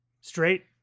straight